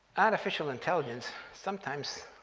artificial intelligence sometimes.